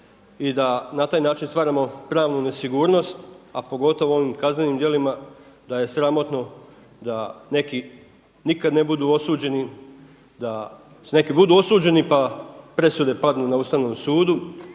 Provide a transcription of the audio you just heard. i da na taj način stvaramo pravnu nesigurnost, a pogotovo u onim kaznenim djelima da je sramotno da neki nikada ne budu osuđeni, da neki budu osuđeni pa presude padnu na Ustavnom sudu.